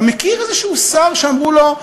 אתה מכיר איזה שר שאמרו לו: